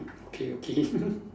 okay okay